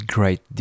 Great